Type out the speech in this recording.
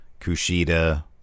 Kushida